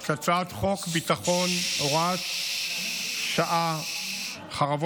את הצעת חוק שירות ביטחון (הוראת שעה חרבות